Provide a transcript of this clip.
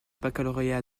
baccalauréat